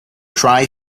tri